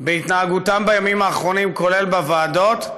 בהתנהגותם בימים האחרונים, כולל בוועדות,